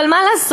אבל מה לעשות,